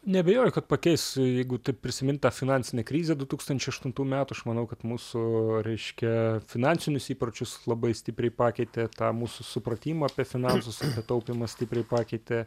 neabejoju kad pakeis jeigu taip prisimint tą finansinę krizę du tūkstančiai aštuntų metų aš manau kad mūsų reiškia finansinius įpročius labai stipriai pakeitė tą mūsų supratimą apie finansus taupymą stipriai pakeitė